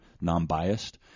Non-biased